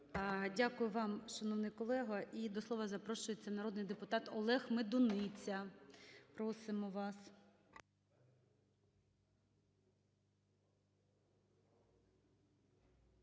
Дякую вам, шановний колега. І до слова запрошується народний депутат Олег Медуниця. Просимо вас.